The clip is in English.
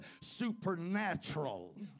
supernatural